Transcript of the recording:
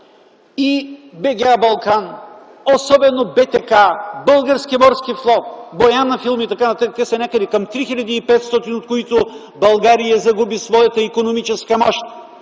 и БГА „Балкан”, особено БТК, Българския морски флот, „Бояна-филм” – те са някъде към 3500, от които България загуби своята икономическа мощ.